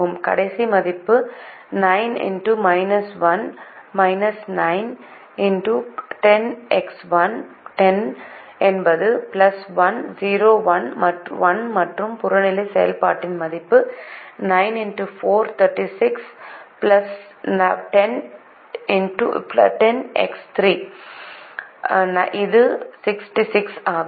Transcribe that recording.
கடைசி மதிப்பு 9x 9 10x1 10 என்பது 1 1 மற்றும் புறநிலை செயல்பாட்டின் மதிப்பு 36 10x3 30 இது 66 ஆகும்